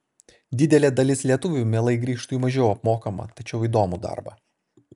didelė dalis lietuvių mielai grįžtų į mažiau apmokamą tačiau įdomų darbą